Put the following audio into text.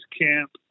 camp